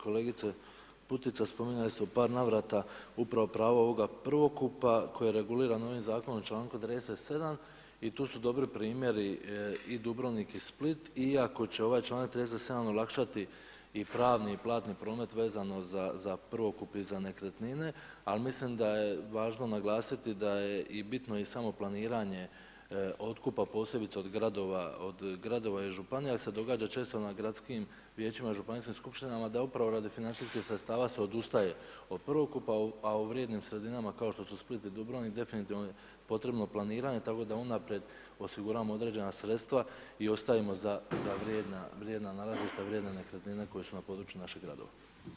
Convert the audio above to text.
Kolegice Putica, spominjali ste u par navrata upravo pravo ovoga prvokupa koji je reguliran ovim zakonom u članku 37. i tu su dobri primjeri i Dubrovnik i Split iako će ovaj članak 37. olakšati i pravni i platni promet vezano za prvokup i za nekretnine ali mislim da je važno naglasiti da je bitno i samo planiranje otkupa posebice od gradova i županija jer se događa često na gradskim vijećima i županijskim skupštinama da upravo radi financijskih sredstava se odustaje od prvokupa a u vrijednim sredinama kao što su Split i Dubrovnik definitivno je potrebno planiranje, tako da unaprijed osiguramo određena sredstva i ostajem za vrijedna nalazišta, za vrijedne nekretnine koje su na području naših gradova.